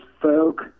folk